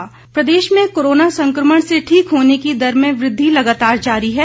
प्रदेश corona प्रदेश में corona संक्रमण से ठीक होने की दर में वृद्धि लगातार जारी है